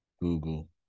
Google